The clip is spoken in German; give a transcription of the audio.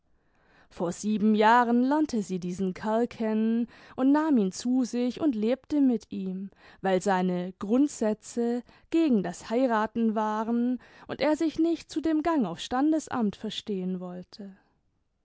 vor sieben jahren lernte sie diesen kerl kennen imd nahm ihn zu sich und lebte mit ihm weil seine grundsätze gegen das heiraten waren und er sich nicht zu dem gang aufs standesamt verstehen wollte